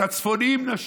את הצפוניים נשאיר,